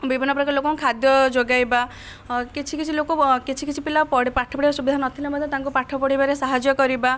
ବିଭିନ୍ନ ପ୍ରକାର ଲୋକଙ୍କୁ ଖାଦ୍ୟ ଯୋଗାଇବା କିଛି କିଛି ଲୋକ କିଛି କିଛି ପିଲା ପାଠ ପଢ଼ିବାକୁ ସୁବିଧା ନଥିଲେ ମଧ୍ୟ ତାଙ୍କୁ ପାଠ ପଢ଼ାଇବାରେ ସାହାଯ୍ୟ କରିବା